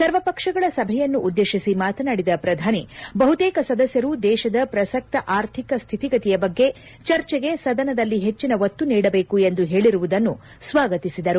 ಸರ್ವ ಪಕ್ಷಗಳ ಸಭೆಯನ್ನುದ್ದೇಶಿಸಿ ಮಾತನಾಡಿದ ಪ್ರಧಾನಿ ಬಹುತೇಕ ಸದಸ್ಯರು ದೇಶದ ಪ್ರಸ್ತಕ ಆರ್ಥಿಕ ಸ್ವಿತಿಗತಿಯ ಬಗ್ಗೆ ಚರ್ಚೆಗೆ ಸದನದಲ್ಲಿ ಹೆಚ್ಚಿನ ಒತ್ತು ನೀಡಬೇಕು ಎಂದು ಹೇಳಿರುವುದನ್ನು ಸ್ವಾಗತಿಸಿದರು